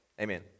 Amen